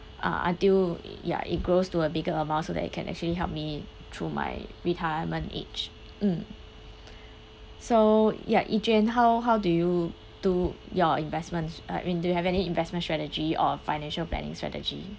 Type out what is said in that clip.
uh until ya it grows to a bigger amount so that it can actually help me through my retirement age mm so ya eugene how how do you do your investments uh I mean do you have any investment strategy or financial planning strategy